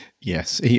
Yes